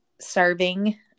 serving